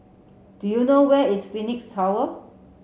do you know where is Phoenix Tower